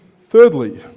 Thirdly